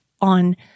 on